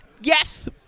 Yes